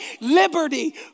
Liberty